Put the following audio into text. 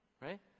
right